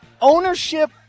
ownership